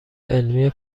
علمی